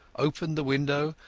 opened the window,